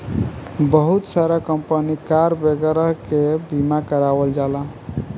बहुत सारा company car वगैरह के बीमा करावल जाला